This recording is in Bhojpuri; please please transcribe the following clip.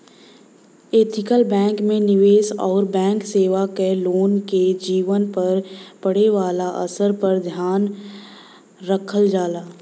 ऐथिकल बैंक में निवेश आउर बैंक सेवा क लोगन के जीवन पर पड़े वाले असर पर ध्यान रखल जाला